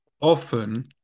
often